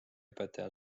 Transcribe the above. õpetaja